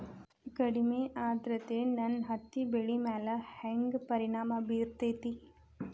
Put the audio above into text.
ಕಡಮಿ ಆದ್ರತೆ ನನ್ನ ಹತ್ತಿ ಬೆಳಿ ಮ್ಯಾಲ್ ಹೆಂಗ್ ಪರಿಣಾಮ ಬಿರತೇತಿ?